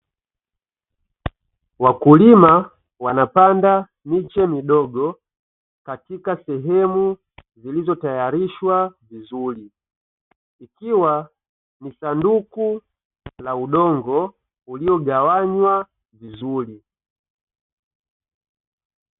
Wakulima wanapanda miche midogo katika sehemu zilizotayarishwa vizuri, ikiwa ni sanduku la udongo uliogawanywa vizuri.